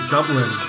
Dublin